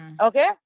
okay